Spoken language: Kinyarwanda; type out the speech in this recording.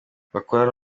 bakora